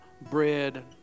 bread